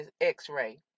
x-ray